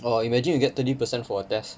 orh imagine you get thirty percent for a test